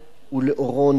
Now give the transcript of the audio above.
ולאורו נלך.